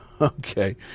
Okay